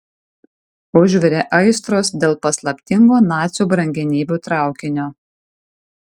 užvirė aistros dėl paslaptingo nacių brangenybių traukinio